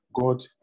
God